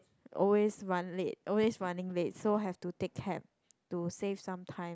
always run late always running late so have to take cab to save some time